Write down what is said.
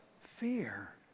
fear